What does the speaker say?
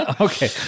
Okay